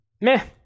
meh